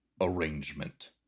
arrangement